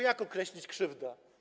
Jak określić krzywdę?